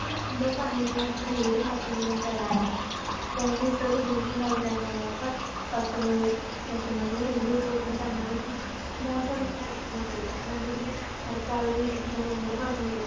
ഇതിന് മുമ്പ് പറഞ്ഞിട്ട് ഉണ്ടെങ്കിൽ ഞങ്ങൾക്ക് വീട് മാറ്റി എങ്കിലും തരാമായിരുന്നു തനിക്ക് ഇത്ര ബുദ്ധിമുട്ട് ഉണ്ടാവില്ലായിരുന്നല്ലോ ഇപ്പോ കസ്റ്റമർ കസ്റ്റമേഴ്സിൻ്റെ റിവ്യൂ എടുത്ത് നോക്കുമ്പോൾ തന്നെ പറ്റി അവർ മോശം അഭിപ്രായം കേൾക്കുന്നത് അപ്പം ഞങ്ങൾ ഇനി അടുത്ത ആൾടെ വീട്ടിലേക്ക് തന്നെ എങ്ങനെ പറഞ്ഞുവിടും